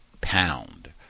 pound